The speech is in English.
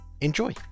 Enjoy